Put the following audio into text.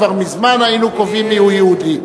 כבר מזמן היינו קובעים מיהו יהודי.